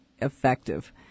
effective